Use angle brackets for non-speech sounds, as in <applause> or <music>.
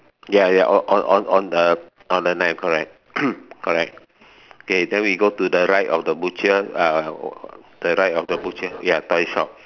ya ya on on on on the on the nine o-clock right <coughs> correct okay then we go to the right of the butcher uh the right of the butcher ya toy shop